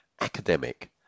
academic